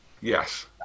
Yes